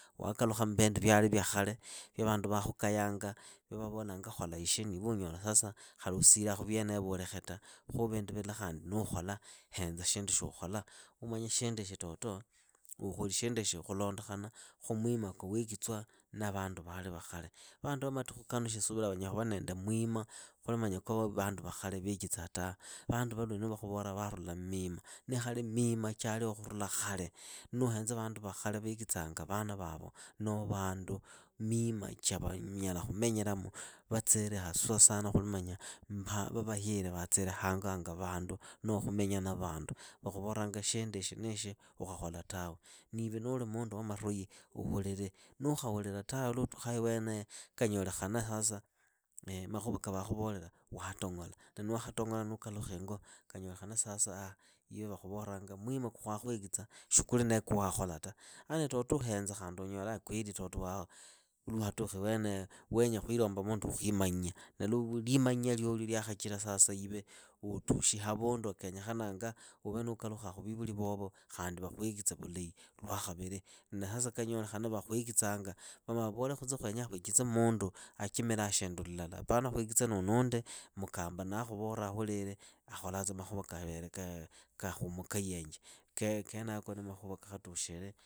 Wakalukha mmbindu vyali vya khale, vya vandu vakhukayanga, vya vavolanga khola ishi niiwe unyola sasa khali usilaa khuvyenevo ulekhe ta. Khu vindu vila khandi nuukhola, henza shindu shuukhola umanye shinduishi toto, ukholi shinduishi khulondokhana khu mwima kwa wekitswa na vandu vali va khale. Vandu va matukhu kanu shiisuvira vanyala khuva nende mwima khuli manya kwa vandu va khale veechitsaa tawe. Vandu va lwenulu vakhuvolaa vaarula mmima nikhali mima chaliho khurula khale. Nuuhenza vandu va khale veekitsanga vana vavo noho vandu mima cha vanyala khumenyelamu, vatsile haswa sana khuli manya vavahire vatsile hango hanga vandu noho khumenya na vandu. Vakhuvoranga shinduishi niishi ukhakhola tawe. Niive nuuli muundu wa marohi uhulile, nuukhahulila tawe luukalukhaa iweneyo akanyolekhana sasa makhuva kaa vakhuvolela waatong'ola. Wakhatong'ola nuukalukha ingo, kanyolekhana sasa iwe vakhuvoranga mwima kwa khwa khwekitsa shi kuli nee kwa wakhola ta. A na toto uhenza khandi unyola kweli toto lwa watukha iweneyo wenya khwilomba mundu wa khwimanya, na liimanya lyolyo lyakhachila sasa ive utushi havundu ha kenyekhananga uve nuukalukhaa khu viivuli vovo, khandi vakhwekitse vulahi lwa khavili. Na sasa kanyolekhana vakhwekitsanga. vamaavavole khutse khwenyaa khwekitse mundu achimilaa shindu lllala apana khwekitse nundi mukamba nakhuvola ahulile akholatsa makhuva ka khumukayingi. kenako ni makhuva kakhatukhile